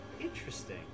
Interesting